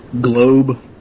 globe